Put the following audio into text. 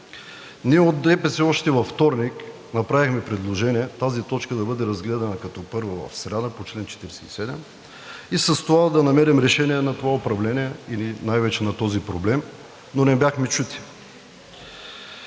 Ние от ДПС още във вторник направихме предложение тази точка да бъде разгледана в сряда като първа по чл. 47 и с това да намерим решение на това управление или най-вече на този проблем, но не бяхме чути.